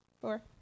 Four